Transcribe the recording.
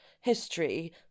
history